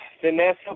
Vanessa